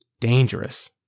Dangerous